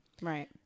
Right